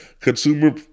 consumer